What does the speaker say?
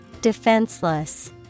Defenseless